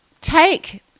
take